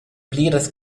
pliras